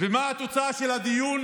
ומה התוצאה של הדיון?